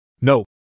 No